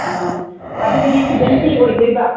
ꯑꯣ ꯑꯗꯣꯏꯗꯤ season three ꯑꯣꯏꯗꯣꯏꯕ